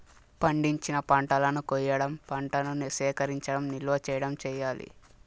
పండించిన పంటలను కొయ్యడం, పంటను సేకరించడం, నిల్వ చేయడం చెయ్యాలి